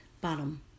Bottom